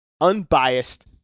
unbiased